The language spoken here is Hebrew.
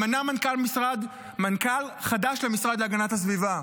ממנה מנכ"ל משרד, מנכ"ל חדש למשרד להגנת הסביבה,